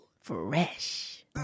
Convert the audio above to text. Fresh